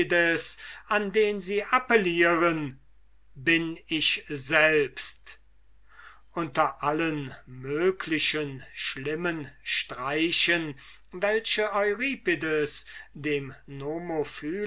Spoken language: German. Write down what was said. an den sie appellieren bin ich selbst unter allen möglichen schlimmen streichen welche euripides dem